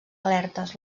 alertes